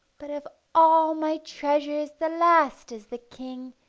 but of all my treasures the last is the king,